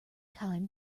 time